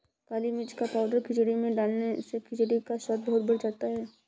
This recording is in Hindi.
काली मिर्च का पाउडर खिचड़ी में डालने से खिचड़ी का स्वाद बहुत बढ़ जाता है